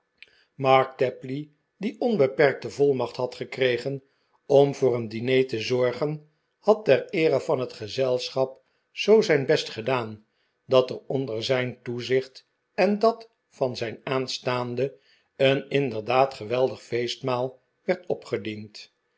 mark tapley die onbeperkte volmacht had gekregen om voor een diner te zorgen had ter eere van het gezelschap zoo zijn best gedaan dat er onder zijn toezicht en dat van zijn aanstaande een inderdaad geweldig feestmaal werd opgediend